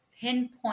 pinpoint